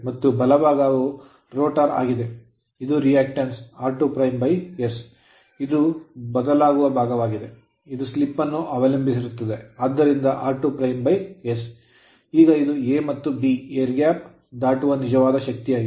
ಮತ್ತು ಬಲಭಾಗವು rotor rotor ಆಗಿದೆ ಇದು reactance ರಿಯಾಕ್ಟಿಯನ್ಸ್ r2s ಇದು ಬದಲಾಗುವ ಭಾಗವಾಗಿದೆ ಇದು ಸ್ಲಿಪ್ ಅನ್ನು ಅವಲಂಬಿಸಿರುತ್ತದೆ ಆದ್ದರಿಂದ r2s ಈಗ ಇದು A ಮತ್ತು B air gap ಗಾಳಿಯ ಅಂತರ ದಾಟುವ ನಿಜವಾದ ಶಕ್ತಿಯಾಗಿದೆ